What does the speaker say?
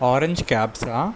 orange క్యాబ్సా